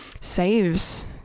saves